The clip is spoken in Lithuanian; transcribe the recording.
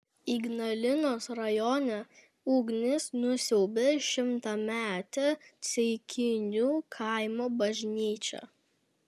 ignalinos rajone ugnis nusiaubė šimtametę ceikinių kaimo bažnyčią